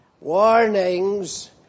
warnings